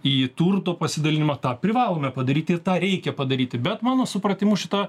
į turto pasidalinimą tą privalome padaryti ir tą reikia padaryti bet mano supratimu šita